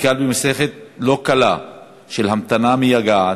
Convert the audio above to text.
נתקל במסכת לא קלה של המתנה מייגעת,